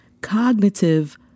Cognitive